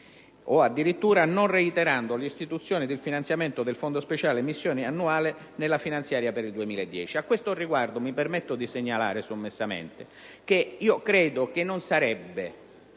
o addirittura non è stato reiterato il finanziamento del Fondo speciale missione annuale nella finanziaria per il 2010. A questo riguardo, mi permetto di segnalare sommessamente che credo non sarebbe